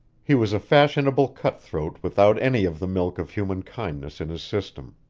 he was a fashionable cut-throat without any of the milk of human kindness in his system.